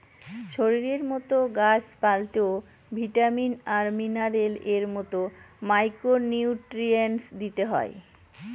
শরীরের মতো গাছ পালতেও ভিটামিন আর মিনারেলস এর মতো মাইক্র নিউট্রিয়েন্টস দিতে হয়